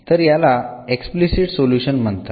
तर याला explicit solution म्हणतात